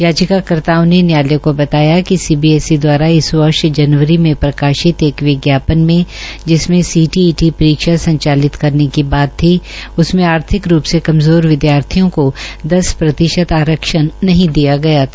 याचिकाकर्ता ने न्यायालय को बताया कि सीबीएसई द्वारा इस वर्ष पि समें सीटीइटी परीक्षा संचालित करने की बात थी उसमें आर्थिक रूप से कमज़ोर विद्यार्थियों को दस प्रतिशत आरक्षण नहीं दिया गया था